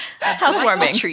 Housewarming